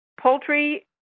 poultry